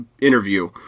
interview